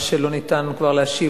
מה שלא ניתן להשיב,